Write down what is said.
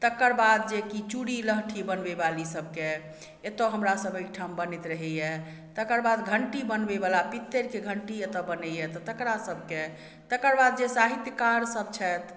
तकरबाद जे कि चूड़ी लहठी बनबयवाली सबके एतऽ हमरा सब अइ ठाम बनैत रहइए तकरबाद घण्टी बनबयवला पित्तैरके घण्टी एतऽ बनइए तऽ तकरा सबके तकरबाद जे साहित्यकार सब छथि